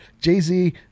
jay-z